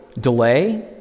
delay